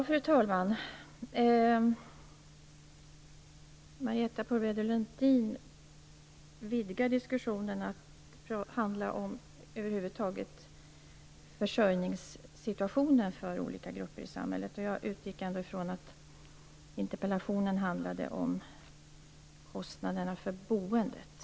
Fru talman! Marietta de Pourbaix-Lundin vidgar diskussionen till att handla om försörjningssituationen för olika grupper i samhället över huvud taget. Jag utgick från att interpellationen handlade om kostnaderna för boendet.